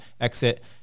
exit